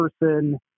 person